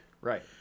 Right